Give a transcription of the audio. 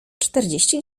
czterdzieści